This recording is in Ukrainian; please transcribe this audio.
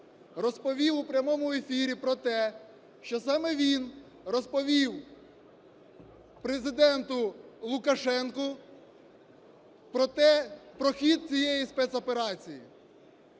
розповів у прямому ефірі про те, що саме він розповів Президенту Лукашенку про хід цієї спецоперації,